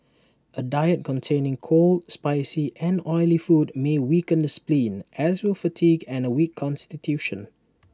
A diet containing cold spicy and oily food may weaken the spleen as will fatigue and A weak Constitution